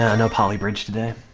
ah and poly bridge today.